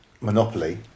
Monopoly